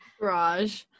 garage